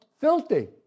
filthy